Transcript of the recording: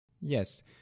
yes